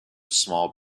small